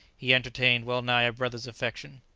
he entertained well-nigh a brother's affection.